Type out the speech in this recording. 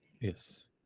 Yes